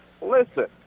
Listen